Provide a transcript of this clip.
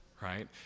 right